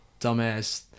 dumbass